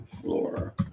Floor